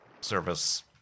service